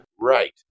Right